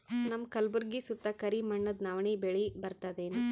ನಮ್ಮ ಕಲ್ಬುರ್ಗಿ ಸುತ್ತ ಕರಿ ಮಣ್ಣದ ನವಣಿ ಬೇಳಿ ಬರ್ತದೇನು?